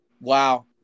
Wow